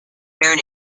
hair